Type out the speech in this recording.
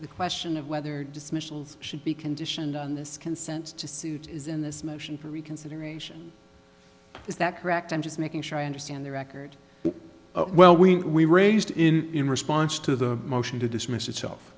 the question of whether dismissals should be conditioned on this consent to suit isn't this motion for reconsideration is that correct i'm just making sure i understand the record well we we raised in in response to the motion to dismiss itself